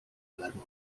alarmowy